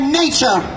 nature